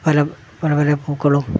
പല പല പല പൂക്കളും